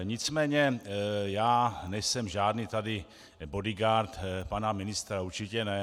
Nicméně já nejsem žádný tady bodyguard pana ministra, určitě ne.